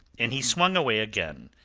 and he swung away again,